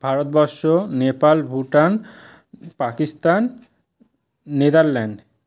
Bharatvarsha Nepal Bhutan Pakistan Netherland